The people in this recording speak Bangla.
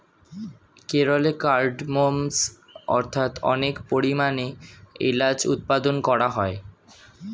কেরলে কার্ডমমস্ অর্থাৎ অনেক পরিমাণে এলাচ উৎপাদন করা হয়